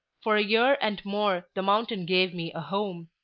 for a year and more the mountain gave me a home.